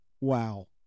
Wow